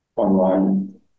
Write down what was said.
Online